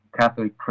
Catholic